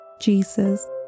Jesus